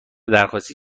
درخواستی